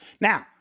now